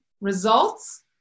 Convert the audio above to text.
results